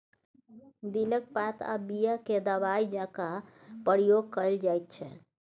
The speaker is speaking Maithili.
दिलक पात आ बीया केँ दबाइ जकाँ प्रयोग कएल जाइत छै